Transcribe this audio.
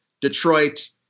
Detroit